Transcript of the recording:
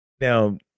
now